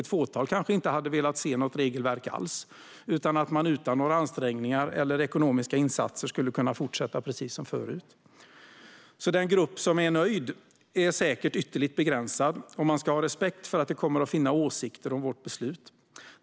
Ett fåtal hade kanske inte velat se något regelverk alls utan velat att man utan några ansträngningar eller ekonomiska insatser skulle kunna fortsätta precis som förut. Den grupp som är nöjd är säkert ytterst begränsad, och man ska ha respekt för att det kommer att finnas åsikter om vårt beslut.